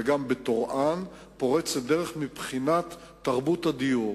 וגם בטורעאן, פורצת דרך מבחינת תרבות הדיור.